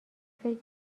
فکر